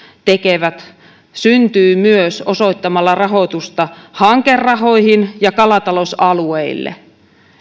tekevät syntyy myös osoittamalla rahoitusta hankerahoihin ja kalatalousalueille